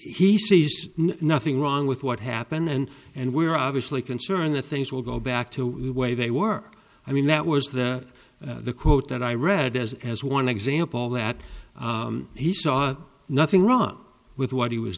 he sees nothing wrong with what happened and and we're obviously concerned that things will go back to the way they work i mean that was the quote that i read as as one example that he saw nothing wrong with what he was